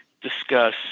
discuss